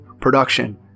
production